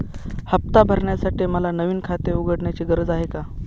हफ्ता भरण्यासाठी मला नवीन खाते उघडण्याची गरज आहे का?